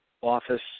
office